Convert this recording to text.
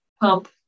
pump